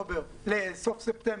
אין מענה בחוק הזה, לא קיבלתי מענה כזה.